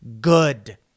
Good